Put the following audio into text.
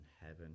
heaven